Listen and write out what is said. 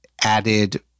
added